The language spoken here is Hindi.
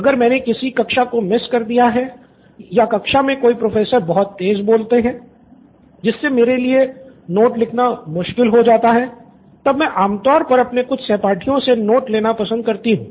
अगर मैंने किसी कक्षा को मिस कर दिया है या कक्षा मे कोई प्रोफ़ेसर बहुत तेज़ बोलते हैं जिससे मेरे लिए नोट्स लिखना मुश्किल हो जाता है तब मैं आमतौर पर अपने कुछ सहपाठियों से नोट्स लेना पसंद करती हूँ